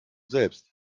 selbst